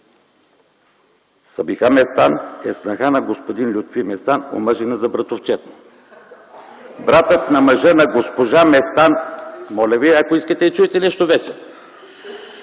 Сабихан Местан е снаха на господин Лютви Местан, омъжена за братовчед му. Братът на мъжа на госпожа Местан … (Шум и реплики.) Моля ви, ако искате, чуйте нещо весело.